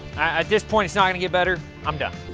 at this point, it's not going to get better. i'm done.